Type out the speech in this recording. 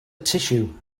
tissue